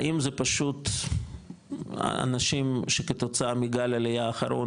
האם זה פשוט אנשים שכתוצאה מגל העלייה האחרון,